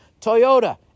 Toyota